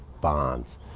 bonds